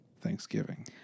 Thanksgiving